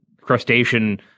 crustacean